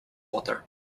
water